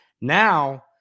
Now